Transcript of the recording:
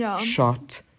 shot